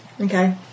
okay